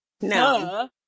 No